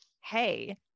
hey